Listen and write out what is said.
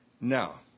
Now